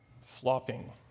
flopping